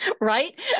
right